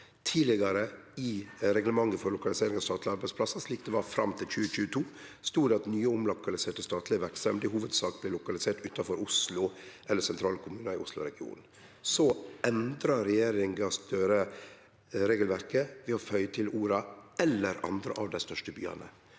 Tidlegare, slik reglementet for lokalisering av statlege arbeidsplassar var fram til 2022, stod det at «nye og omlokaliserte statlege verksemder i hovudsak blir lokaliserte utanfor Oslo og sentrale kommunar i Oslo-området». Så endra regjeringa Støre regelverket ved å føye til orda «eller andre av dei største byane».